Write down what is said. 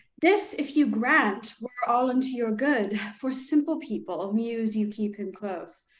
this, if you grant, were all unto your good for simple people muse you keep him close.